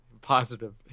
Positive